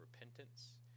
repentance